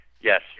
Yes